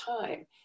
time